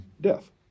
death